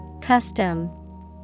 Custom